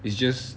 it's just